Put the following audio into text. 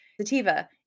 sativa